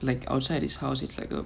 like outside his house it's like a